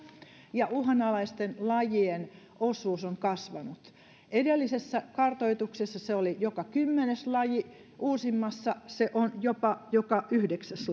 ja uhanalaisten lajien osuus on kasvanut edellisessä kartoituksessa se oli joka kymmenes laji uusimmassa se on jopa joka yhdeksäs